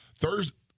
Thursday